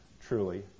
Truly